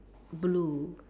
blue